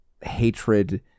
hatred